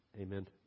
amen